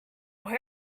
where